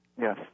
Yes